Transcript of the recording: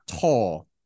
tall